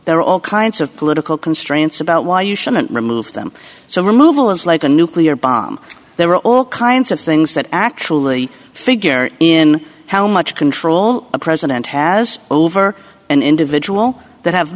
there are all kinds of political constraints about why you shouldn't remove them so removal is like a nuclear bomb there are all kinds of things that actually figure in how much control a president has over an individual that have